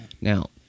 Now